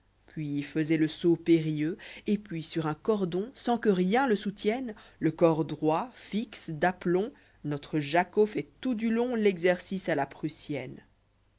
puis faisoit le saut périlleux et puis sur un cordon sans que rien le soutienne le corps droit fixe dà plomb notre jacqueau fait tout du long l'exercice à la prussienne